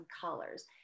colors